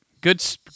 good